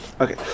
Okay